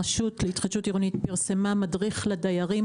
הרשות להתחדשות עירונית פרסמה מדריך לדיירים,